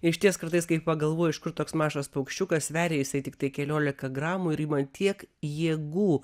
išties kartais kai pagalvoju iš kur toks mažas paukščiukas sveria jisai tiktai keliolika gramų ir ima tiek jėgų